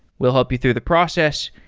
we'll help you through the process,